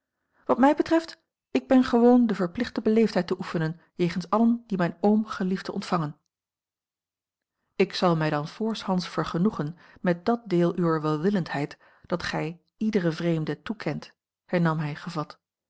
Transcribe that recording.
wat mij betreft ik ben gewoon de verplichte beleefdheid te oefenen jegens allen die mijn oom gelieft te ontvangen ik zal mij dan voorshands vergenoegen met dat deel uwer welwillendheid dat gij iederen vreemde toekent hernam hij gevat